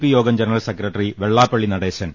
P യോഗം general secretary Vellappally Natesan